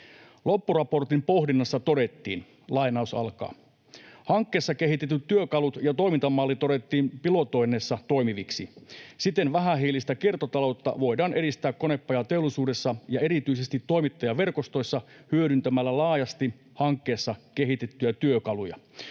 Loppuraportin pohdinnassa todettiin: ”Hankkeessa kehitetyt työkalut ja toimintamalli todettiin pilotoinneissa toimiviksi. Siten vähähiilistä kiertotaloutta voidaan edistää konepajateollisuudessa ja erityisesti toimittajaverkostoissa hyödyntämällä laajasti hankkeessa kehitettyjä työkaluja.